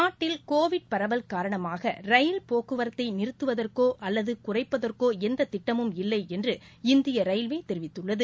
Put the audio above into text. நாட்டில் கோவிட் பரவல் காரணமாக ரயில் போக்குவரத்தை நிறுத்துவதற்கோ அல்லது குறைப்பதற்கோ எந்த திட்டமும் இல்லை என்று இந்திய ரயில்வே தெரிவித்துள்ளது